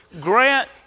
grant